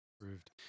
approved